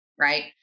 right